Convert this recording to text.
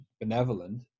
benevolent